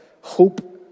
hope